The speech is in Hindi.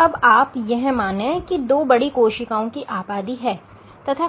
अब आप यह माने की दो बड़ी कोशिकाओं की आबादी है तथा